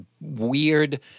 weird